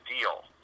deal